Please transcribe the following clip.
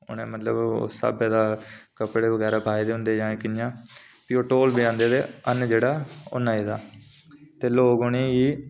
उ'नें मतलब उस स्हाबे दा कपड़े बगैरा पाए दे होंदे जां किं'यां ते हर्ण जेह्ड़ा ओह् नचदा